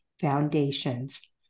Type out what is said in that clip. Foundations